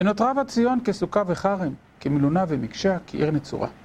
ונותרה הציון כסוכה בכרם, כמילונה ומקשה, כעיר נצורה.